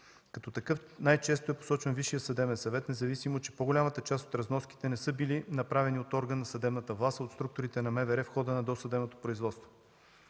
Като такъв най-често е посочван Висшият съдебен съвет, независимо че по-голямата част от разноските не са били направени от орган на съдебната власт, а от структура на МВР в хода на досъдебното производство.